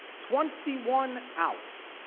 twenty one hours.